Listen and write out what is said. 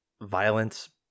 violence